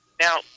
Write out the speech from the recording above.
Now